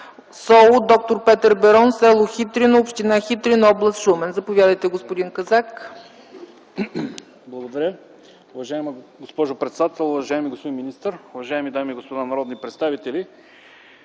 СОУ „Д-р Петър Берон”, с. Хитрино, община Хитрино, област Шумен. Заповядайте, господин Казак. ЧЕТИН КАЗАК (ДПС): Благодаря. Уважаема госпожо председател, уважаеми господин министър, уважаеми дами и господа народни представители!